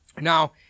Now